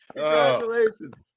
Congratulations